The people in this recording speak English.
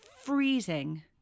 freezing